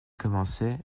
commençait